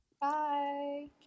Bye